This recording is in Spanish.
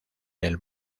del